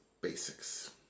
basics